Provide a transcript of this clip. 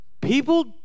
people